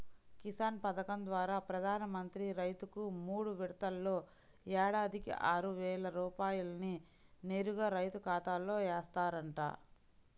కిసాన్ పథకం ద్వారా ప్రధాన మంత్రి రైతుకు మూడు విడతల్లో ఏడాదికి ఆరువేల రూపాయల్ని నేరుగా రైతు ఖాతాలో ఏస్తారంట